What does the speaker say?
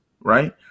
right